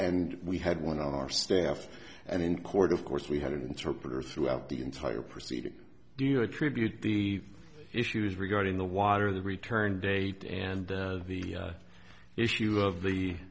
and we had one on our staff and in court of course we had an interpreter throughout the entire proceeding do you attribute the issues regarding the water the return date and the issue of the